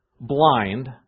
blind